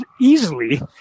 easily